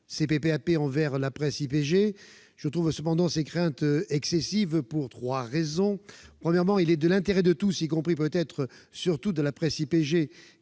CPPAP envers la presse IPG. Je trouve cependant ces craintes excessives, et ce pour trois raisons. Premièrement, il est de l'intérêt de tous, y compris et peut-être surtout de la presse IPG,